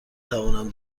توانم